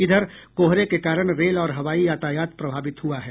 इधर कोहरे के कारण रेल और हवाई यातायात प्रभावित हुआ है